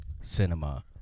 cinema